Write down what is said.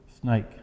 snake